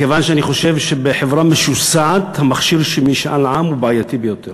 מכיוון שאני חושב שבחברה משוסעת המכשיר של משאל עם הוא בעייתי ביותר.